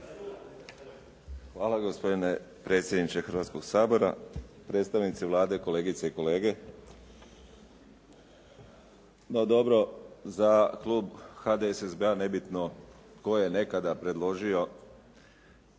Hvala gospodine predsjedniče Hrvatskoga sabora. Predstavnici Vlade, kolegice i kolege. No dobro, za klub HDSSB-a nebitno tko je nekada predložio